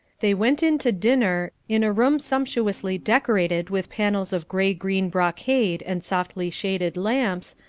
they went in to dinner, in a room sumptuously decorated with panels of grey-green brocade and softly shaded lamps,